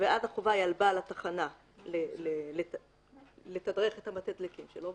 ואז החובה היא על בעל התחנה לתדרך את המתדלקים שלו,